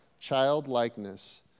childlikeness